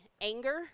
anger